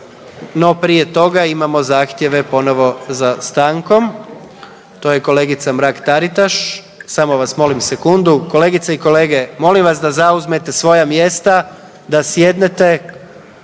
no prije toga imamo zahtjeve ponovo za stankom. To je kolegica Mrak-Taritaš, samo vas molim sekundu. Kolegice i kolege, molim vas da zauzmete svoja mjesta, da sjednete.